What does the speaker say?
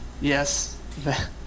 Yes